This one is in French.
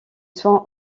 soins